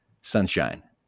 Sunshine